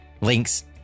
links